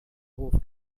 hof